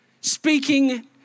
speaking